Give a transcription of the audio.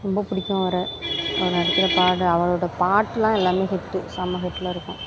ரொம்ப பிடிக்கும் அவர் அவர் நடிக்கிற பாட அவரோடய பாட்டெலாம் எல்லாமே ஹிட்டு செம்ம ஹிட்டில் இருக்கும்